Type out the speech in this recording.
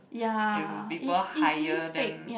is people hire them